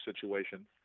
situation